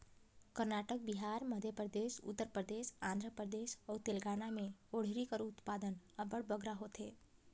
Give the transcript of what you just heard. करनाटक, बिहार, मध्यपरदेस, उत्तर परदेस, आंध्र परदेस अउ तेलंगाना में जोंढरी कर उत्पादन अब्बड़ बगरा होथे